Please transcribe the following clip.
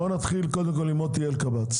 בואו נתחיל עם מוטי אלקבץ,